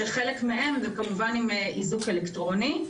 כשחלק מהם זה כמובן עם איזוק אלקטרוני.